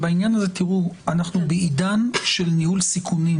בעניין הזה אנחנו בעידן של ניהול סיכונים.